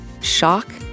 shock